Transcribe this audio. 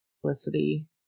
felicity